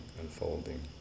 unfolding